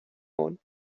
own